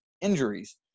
injuries